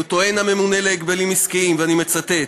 טוען הממונה על ההגבלים העסקיים, ואני מצטט: